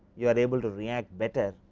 you are able to react better